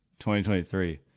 2023